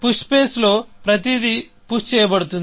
push space లో ప్రతిదీ push చేయబడుతుంది